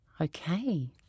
okay